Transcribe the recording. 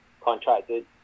contracted